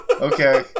Okay